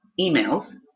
emails